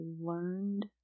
learned